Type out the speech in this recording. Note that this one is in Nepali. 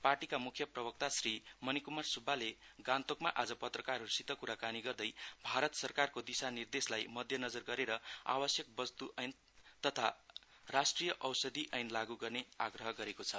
पार्टीका म्ख्य प्रवक्ता श्री मनीकुमार सुब्बाले गान्तोकमा आज पत्रकारहरूसित कुराकानी गर्दै भारत सरकारको दिशानिर्देशलाई मध्यनजर गरेर आवश्यक वस्त् एन तथा राष्ट्रिय औषधि एन लागू गर्ने आग्रह गरेको छ